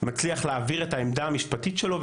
מצליח להעביר את העמדה המשפטית שלו,